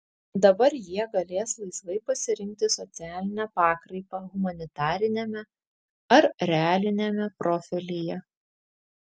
dabar jie galės laisvai pasirinkti socialinę pakraipą humanitariniame ar realiniame profilyje